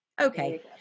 Okay